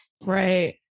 right